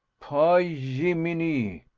py yiminy!